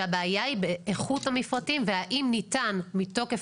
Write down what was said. שהבעיה היא באיכות המפרטים והאם ניתן מתוקף